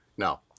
No